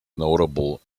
notable